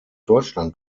deutschland